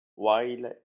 while